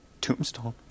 tombstone